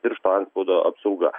piršto antspaudo apsauga